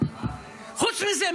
חוץ מזה,